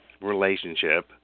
relationship